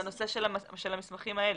המסמכים האלה.